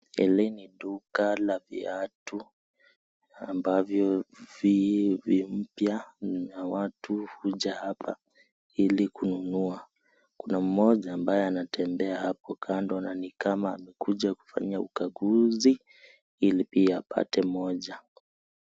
Hili ni duka la viatu ambavyo vi mpya na watu huja hapa ili kununua. Kuna mmoja ambaye anatembea hapo kando na ni kama amekuja kufanya ukaguzi ili pia apate moja.